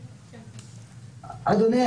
אדוני,